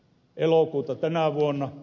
elokuuta tänä vuonna